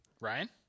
Ryan